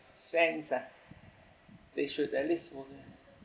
sense ah they should at least wo~